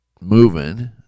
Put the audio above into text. moving